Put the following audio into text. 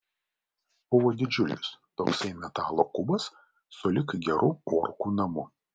buvo didžiulis toksai metalo kubas sulig geru orkų namu